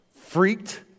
Freaked